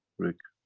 rick.